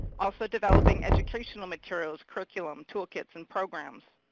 also developing educational materials, curriculum, tool kits, and programs.